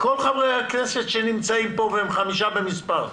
כל חברי הכנסת שנמצאים פה, והם חמישה במספר,